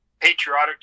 patriotic